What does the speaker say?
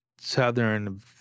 Southern